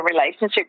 relationship